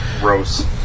Gross